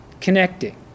connecting